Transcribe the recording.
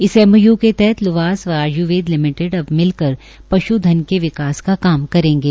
इस एमओयू के तहत ल्वास व आय्र्वेद लिमिटेड अब मिलकर पश्धन के विकास मे काम करेंगे